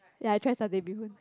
ya I tried satay bee hoon